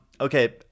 Okay